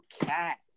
Cat